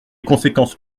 conséquences